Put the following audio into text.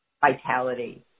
vitality